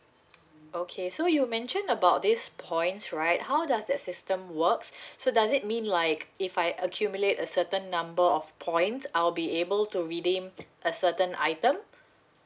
okay so you mentioned about this points right how does that system works so does it mean like if I accumulate a certain number of points I'll be able to redeem a certain item